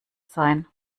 sein